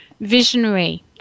visionary